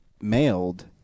mailed